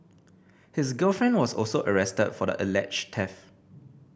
his girlfriend was also arrested for the alleged theft